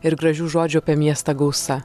ir gražių žodžių apie miestą gausa